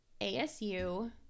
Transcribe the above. ASU